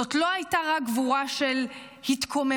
זאת לא הייתה רק גבורה של התקוממות